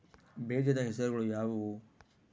ಬೇಜದ ಹೆಸರುಗಳು ಯಾವ್ಯಾವು?